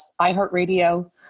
iHeartRadio